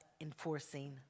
enforcing